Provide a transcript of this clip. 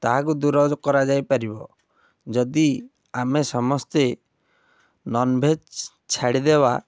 ତାହାକୁ ଦୂର କରାଯାଇପାରିବ ଯଦି ଆମେ ସମସ୍ତେ ନନ୍ଭେଜ୍ ଛାଡ଼ି ଦେବା